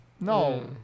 No